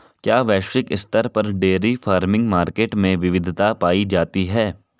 क्या वैश्विक स्तर पर डेयरी फार्मिंग मार्केट में विविधता पाई जाती है?